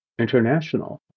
International